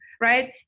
right